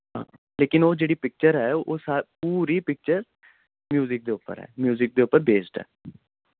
लेकिन ओह् जेह्ड़ी पिक्चर ऐ ओह् पूरी पिक्चर म्यूजिक दे उप्पर ऐ म्यूजिक दे उप्पर बेस्ड ऐ